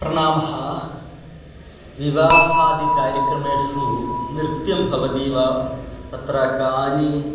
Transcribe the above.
प्रणामः विवाहादिकार्यक्रमेषु नृत्यं भवति वा तत्र कानि